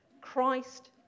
Christ